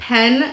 Pen